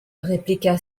répliqua